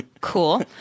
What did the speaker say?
cool